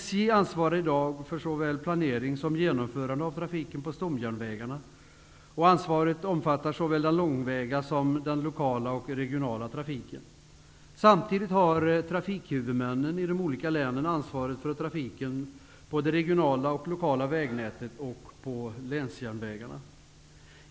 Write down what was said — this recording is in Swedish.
SJ ansvarar i dag för såväl planering som genomförande av trafiken på stomjärnvägarna. Ansvaret omfattar såväl den långväga som den lokala och regionala trafiken. Samtidigt har trafikhuvudmännen i de olika länen ansvaret för trafiken på det regionala och lokala vägnätet och på länsjärnvägarna.